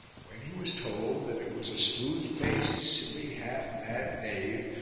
when he was told that it was a smooth faced silly, half-mad knave,